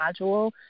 module